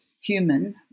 human